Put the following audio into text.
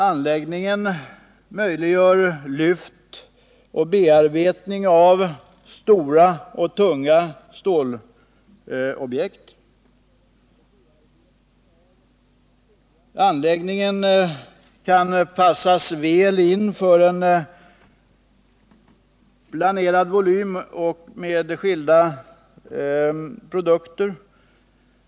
Anläggningen möjliggör lyft och bearbetning av stora och tunga stålobjekt och kan mycket väl anpassas för en planerad volym avseende skilda produkter.